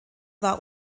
war